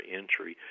entry